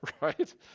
Right